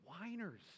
whiners